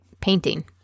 painting